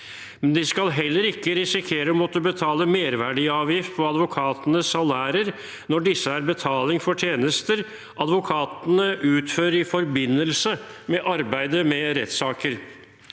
De skal heller ikke risikere å måtte betale merverdiavgift på advokatenes salærer når disse er betaling for tjenester advokatene utfører i forbindelse med arbeidet med rettssaker.